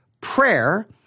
prayer